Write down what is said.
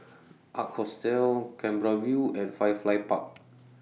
Ark Hostel Canberra View and Firefly Park